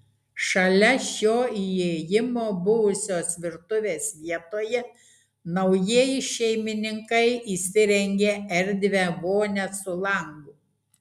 šalia šio įėjimo buvusios virtuvės vietoje naujieji šeimininkai įsirengė erdvią vonią su langu